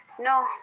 No